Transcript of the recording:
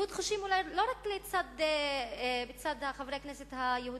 קהות חושים לא רק מצד חברי הכנסת היהודים,